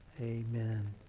amen